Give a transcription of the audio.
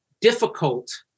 difficult